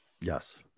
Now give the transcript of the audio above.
Yes